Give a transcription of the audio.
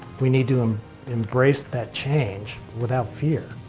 we need to um embrace that change without fear.